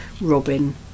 robin